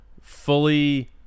Fully